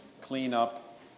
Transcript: cleanup